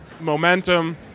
momentum